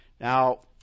Now